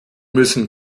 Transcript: müssen